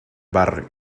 barrio